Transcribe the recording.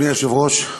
אדוני היושב-ראש,